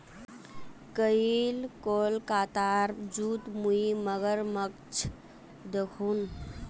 कईल कोलकातार जूत मुई मगरमच्छ दखनू